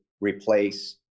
replace